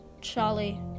Charlie